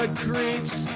creeps